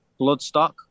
Bloodstock